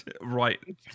right